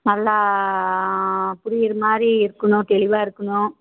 நல்லா புரியிற மாரி இருக்கணும் தெளிவாக இருக்கணும்